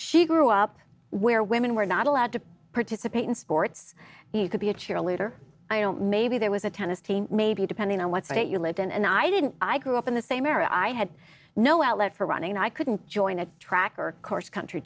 she grew up where women were not allowed to participate in sports you could be a cheerleader i don't maybe there was a tennis team maybe depending on what state you live in and i didn't i grew up in the same era i had no outlet for running i couldn't join a track or course country